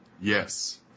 Yes